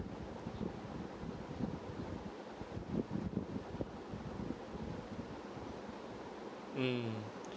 mm